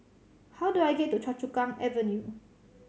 how do I get to Choa Chu Kang Avenue